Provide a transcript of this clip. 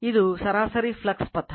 ಇದು ಸರಾಸರಿ ಫ್ಲಕ್ಸ್ ಪಥ